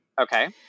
Okay